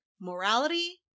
morality